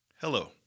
Hello